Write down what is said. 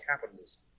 capitalism